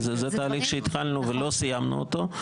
זה תהליך שהתחלנו ולא סיימנו אותו,